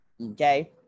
Okay